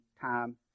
time